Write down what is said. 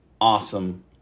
Awesome